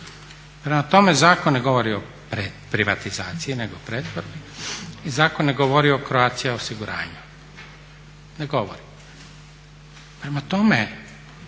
Prema tome zakon ne govori o privatizaciji nego o pretvorbi i zakon ne govori o Croatia osiguranju, ne govori. Prema tome,